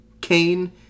Kane